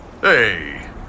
Hey